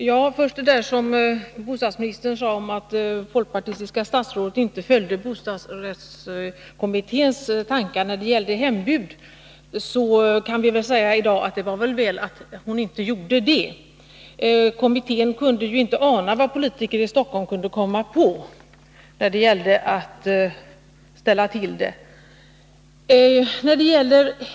Herr talman! Beträffande det som bostadsministern sade om att det folkpartistiska statsrådet inte följde kommitténs tankar när det gäller hembud, så kan vi nog i dag säga att det var väl att hon inte gjorde det. Kommittén kunde ju inte ana vad politiker i Stockholm kunde komma på när det gäller att ställa till det.